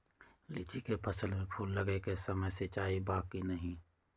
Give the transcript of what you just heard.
लीची के फसल में फूल लगे के समय सिंचाई बा कि नही?